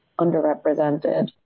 underrepresented